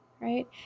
right